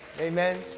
Amen